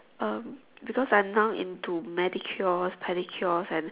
um because I'm now into Manicures pedicures and